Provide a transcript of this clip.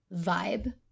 vibe